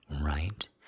right